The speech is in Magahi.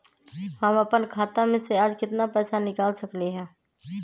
हम अपन खाता में से आज केतना पैसा निकाल सकलि ह?